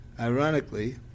Ironically